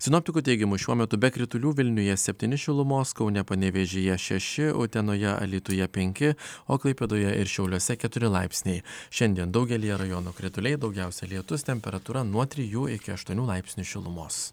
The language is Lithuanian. sinoptikų teigimu šiuo metu be kritulių vilniuje septyni šilumos kaune panevėžyje šeši utenoje alytuje penki o klaipėdoje ir šiauliuose keturi laipsniai šiandien daugelyje rajonų krituliai daugiausia lietus temperatūra nuo trijų iki aštuonių laipsnių šilumos